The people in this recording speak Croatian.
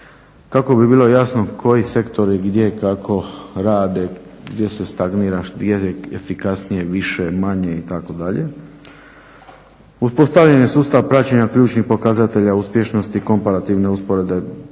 kako bi bilo jasno koji sektori, gdje, kako rade, gdje se stagnira, gdje je efikasnije više, manje itd. Uspostavljen je sustav praćenja ključnih pokazatelja uspješnosti komparativne usporedbe